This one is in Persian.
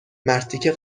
مرتیکه